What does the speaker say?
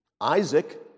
Isaac